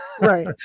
Right